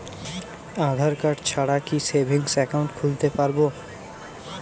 আধারকার্ড ছাড়া কি savings account খুলতে পারব?